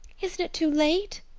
isn't it too late?